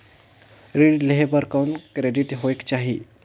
ऋण लेहे बर कौन क्रेडिट होयक चाही?